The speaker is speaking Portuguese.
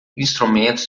instrumentos